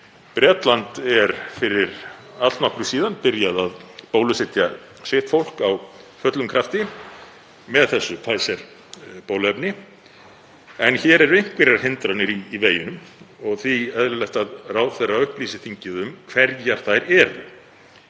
Bretland er fyrir allnokkru síðan byrjað að bólusetja sitt fólk af fullum krafti með þessu Pfizer-bóluefni, en hér eru einhverjar hindranir í veginum og því eðlilegt að ráðherra upplýsi þingið um hverjar þær eru.